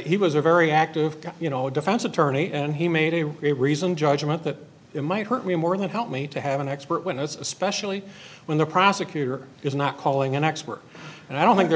he was a very active you know defense attorney and he made a reasoned judgment that it might hurt me more than help me to have an expert witness especially when the prosecutor is not calling an expert and i don't think there's